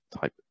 type